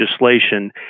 legislation